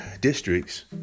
districts